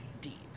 Deep